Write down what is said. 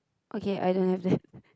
okay I don't have that